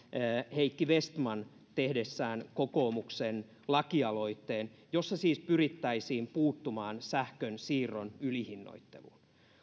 heikki vestman tehdessään kokoomuksen lakialoitteen jossa siis pyrittäisiin puuttumaan sähkönsiirron ylihinnoitteluun